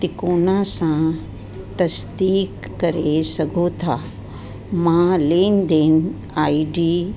तिकोना सां तजदीक करे सघो था मां लेनदेन आईडी